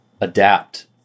adapt